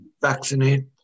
vaccinate